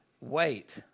wait